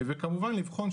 וכמובן לבחון,